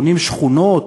בונים שכונות,